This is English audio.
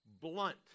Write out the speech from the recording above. blunt